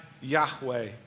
Yahweh